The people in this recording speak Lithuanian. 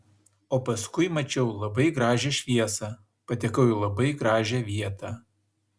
o paskui mačiau labai gražią šviesą patekau į labai gražią vietą